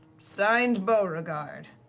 signed, beauregard.